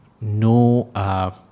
no